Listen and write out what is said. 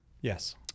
Yes